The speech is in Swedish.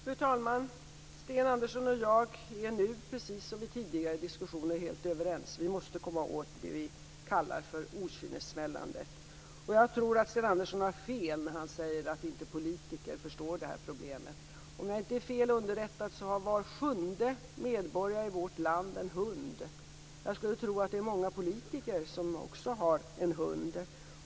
Fru talman! Sten Andersson och jag är nu, precis som i tidigare diskussioner, helt överens. Vi måste komma åt det vi kallar för okynnessmällandet. Jag tror att Sten Andersson har fel när han säger att politiker inte förstår problemet. Om jag inte är fel underrättad har var sjunde medborgare i vårt land en hund. Jag skulle tro att det är många politiker som också har en hund.